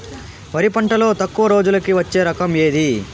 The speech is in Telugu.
వరి పంటలో తక్కువ రోజులకి వచ్చే రకం ఏది?